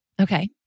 Okay